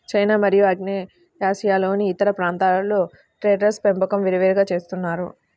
China మరియు ఆగ్నేయాసియాలోని ఇతర ప్రాంతాలలో టెర్రేస్ పెంపకం విరివిగా చేస్తున్నారు